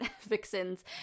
vixens